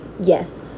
yes